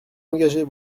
engagés